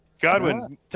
Godwin